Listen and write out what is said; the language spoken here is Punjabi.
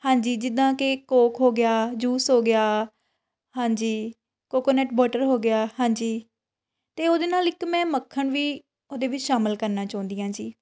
ਹਾਂਜੀ ਜਿੱਦਾਂ ਕਿ ਕੋਕ ਹੋ ਗਿਆ ਜੂਸ ਹੋ ਗਿਆ ਹਾਂਜੀ ਕੋਕੋਨਟ ਵਾਟਰ ਹੋ ਗਿਆ ਹਾਂਜੀ ਅਤੇ ਉਹਦੇ ਨਾਲ ਇੱਕ ਮੈਂ ਮੱਖਣ ਵੀ ਉਹਦੇ ਵਿੱਚ ਸ਼ਾਮਿਲ ਕਰਨਾ ਚਾਹੁੰਦੀ ਹਾਂ ਜੀ